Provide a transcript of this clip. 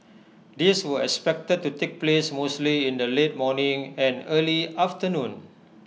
these were expected to take place mostly in the late morning and early afternoon